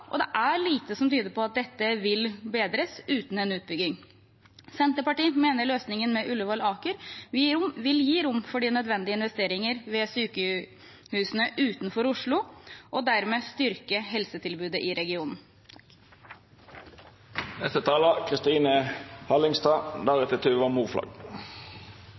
og det er lite som tyder på at dette vil bedres uten en utbygging. Senterpartiet mener løsningen med Ullevål–Aker vil gi rom for de nødvendige investeringer ved sykehusene utenfor Oslo og dermed styrke helsetilbudet i regionen.